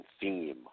theme